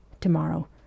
Tomorrow